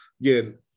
again